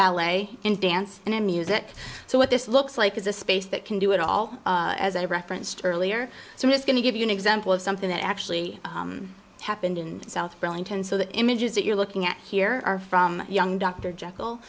ballet in dance and in music so what this looks like is a space that can do it all as i referenced earlier so it's going to give you an example of something that actually happened in south burlington so the images that you're looking at here are from young dr jekyll